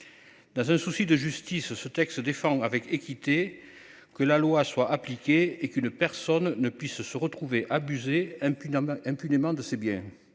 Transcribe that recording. Dans un souci de justice ce texte défend avec équité que la loi soit appliquée, et qu'une personne ne puisse se retrouver abusé impudent impunément de c'est bien.